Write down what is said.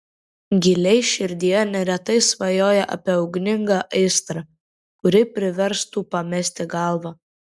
giliai širdyje neretai svajoja apie ugningą aistrą kuri priverstų pamesti galvą